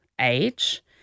age